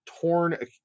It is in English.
torn